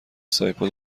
سایپا